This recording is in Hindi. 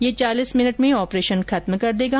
यह चालीस मिनट में ऑपरेशन खत्म कर देगा